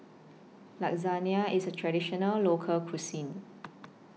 Lasagna IS A Traditional Local Cuisine